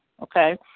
Okay